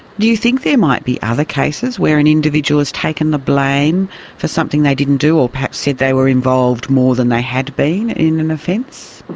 do you think there might be other cases where an individual has taken the blame for something they didn't do, or perhaps said they were involved more than they had been in an offence?